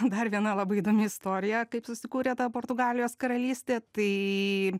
dar viena labai įdomi istorija kaip susikūrė ta portugalijos karalystė tai